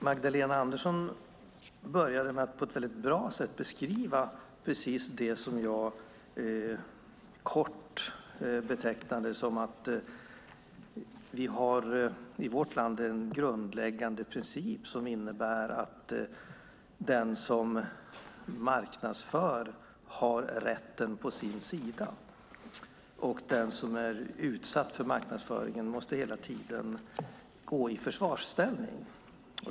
Magdalena Andersson började med att på ett väldigt bra sätt beskriva precis det som jag själv tog upp: Vi har i vårt land en grundläggande princip som innebär att den som marknadsför har rätten på sin sida och den som är utsatt för marknadsföringen hela tiden måste gå i försvarsställning.